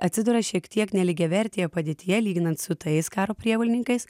atsiduria šiek tiek nelygiavertėje padėtyje lyginant su tais karo prievolininkais